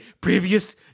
previous